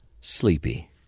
sleepy